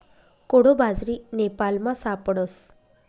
कोडो बाजरी नेपालमा सापडस